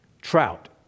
trout